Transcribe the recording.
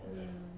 um